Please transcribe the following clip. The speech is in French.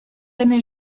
aîné